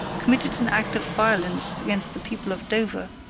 committed an act of violence against the people of dover,